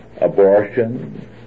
abortion